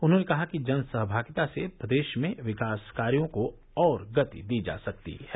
उन्होंने कहा कि जन सहभागिता से प्रदेश में विकास कार्यों को और गति दी जा सकती है